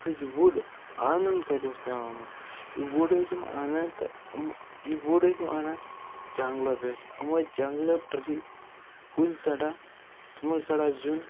اَتھ حظ چھُ وُڑ آنُن کَتہِ اوس پٮ۪وان یِمَن یہِ وُڑ ٲسۍ یِم اَنان تہٕ یِاُم یہِ وُڑ ٲسۍ یِم اَنان جنٛگلہٕ پٮ۪ٹھ یِم ٲسۍ جنٛگلہٕ ٹرٛیٚجی کُلۍ ژَٹان تِمَن کَڈان زیُن